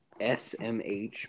SMH